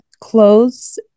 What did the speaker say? clothes